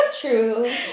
True